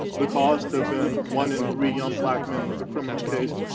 the costs have been one in three young black men with a criminal case,